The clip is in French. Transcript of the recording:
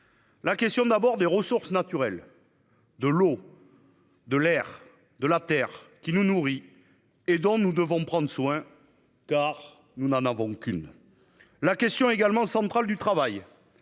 La question d'abord des ressources naturelles de l'eau. De l'air de la terre qui nous nourrit et dont nous devons prendre soin. Car nous n'en avons aucune. La question également central du travail.